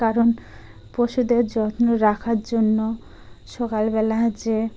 কারণ পশুদের যত্ন রাখার জন্য সকালবেলা যে